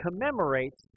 commemorates